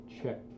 check